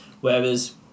whereas